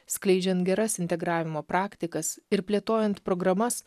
skleidžiant geras integravimo praktikas ir plėtojant programas